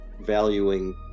valuing